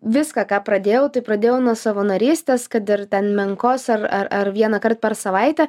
viską ką pradėjau tai pradėjau nuo savanorystės kad ir ten menkos ar ar vienąkart per savaitę